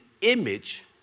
image